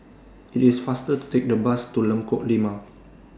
IT IS faster to Take The Bus to Lengkok Lima